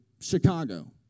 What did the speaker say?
Chicago